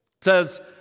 says